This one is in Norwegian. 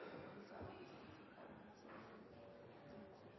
så vi senest i